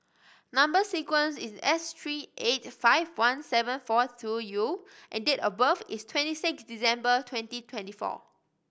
number sequence is S three eight five one seven four two U and date of birth is twenty six December twenty twenty four